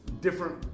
different